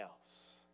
else